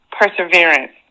perseverance